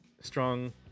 strong